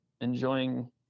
enjoying